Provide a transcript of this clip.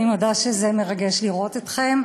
אני מודה שזה מרגש לראות אתכם.